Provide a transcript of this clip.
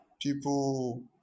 People